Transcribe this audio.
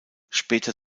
später